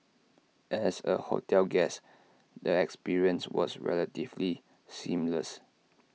as A hotel guest the experience was relatively seamless